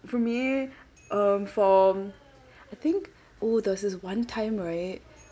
for me um for I think oo there was this one time right